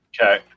Okay